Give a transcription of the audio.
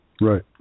Right